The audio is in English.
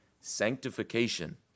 Sanctification